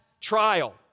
trial